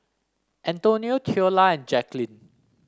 Antonio Theola and Jacquline